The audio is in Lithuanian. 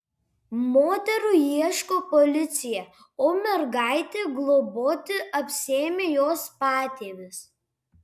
moterų ieško policija o mergaitę globoti apsiėmė jos patėvis